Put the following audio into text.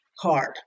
card